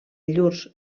llurs